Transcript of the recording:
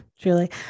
truly